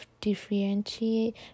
differentiate